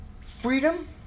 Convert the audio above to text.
freedom